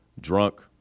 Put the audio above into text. drunk